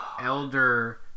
elder